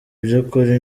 by’ukuri